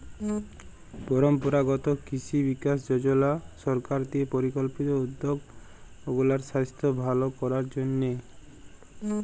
পরম্পরাগত কিসি বিকাস যজলা সরকার দিঁয়ে পরিকল্পিত উদ্যগ উগলার সাইস্থ্য ভাল করার জ্যনহে